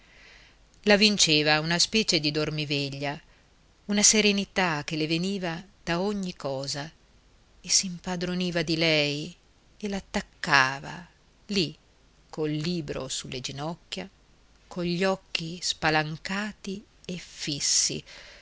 la vinceva una specie di dormiveglia una serenità che le veniva da ogni cosa e si impadroniva di lei e l'attaccava lì col libro sulle ginocchia cogli occhi spalancati e fissi